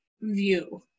view